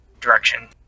direction